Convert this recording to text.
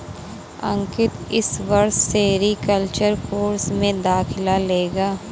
अंकित इस वर्ष sericulture course में दाखिला लेगा